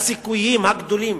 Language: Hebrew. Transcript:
הסיכויים הגדולים